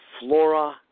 flora